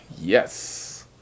Yes